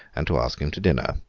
and to ask him to dinner.